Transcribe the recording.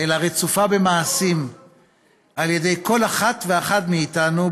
אלא רצופה במעשים על ידי כל אחת ואחד מאיתנו,